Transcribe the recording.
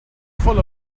full